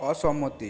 অসম্মতি